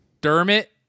Dermot